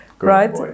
right